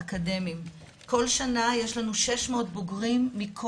יש נטייה ואני חוזרת על זה שוב ושוב,